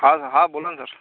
हा आ हा बोला ना सर